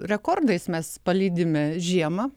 rekordais mes palydime žiemą